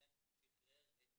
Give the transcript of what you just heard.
ולכן שחרר את